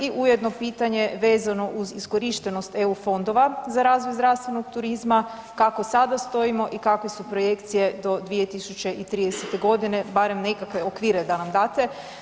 I ujedno pitanje vezano uz iskorištenost EU fondova za razvoj zdravstvenog turizma, kako sada stojimo i kakve su projekcije do 2030.g., barem nekakve okvire da nam date?